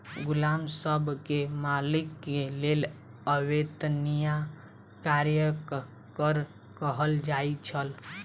गुलाम सब के मालिक के लेल अवेत्निया कार्यक कर कहल जाइ छल